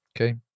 okay